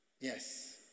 Yes